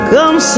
Come